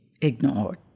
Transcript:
ignored